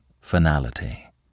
finality